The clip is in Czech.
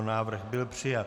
Návrh byl přijat.